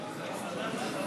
(2) של קבוצת סיעת הרשימה